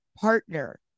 partner